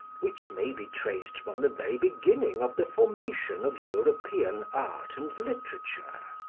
which may be traced from the very beginning of the formation of european art and literature.